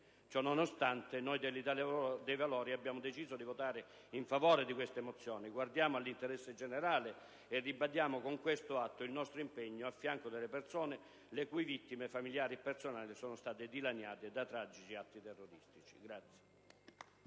Ciò nonostante, noi dell'Italia dei Valori abbiamo deciso di votare a favore di queste mozioni. Guardiamo all'interesse generale e ribadiamo con questo atto il nostro impegno a fianco delle persone le cui vite familiari e personali sono state dilaniate da tragici atti terroristici.